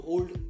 Old